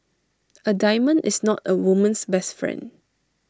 A diamond is not A woman's best friend